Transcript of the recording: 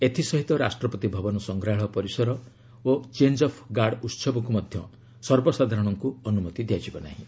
ଏଥିସହିତ ରାଷ୍ଟ୍ରପତି ଭବନ ସଂଗ୍ରହାଳୟ ପରିସର ଓ ଚେଞ୍ଜ ଅଫ୍ ଗାର୍ଡ୍ ଉତ୍ସବକୁ ମଧ୍ୟ ସର୍ବସାଧାରଣଙ୍କୁ ଅନୁମତି ଦିଆଯିବ ନାହିଁ